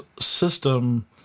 system